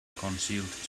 concealed